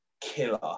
killer